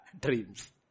Dreams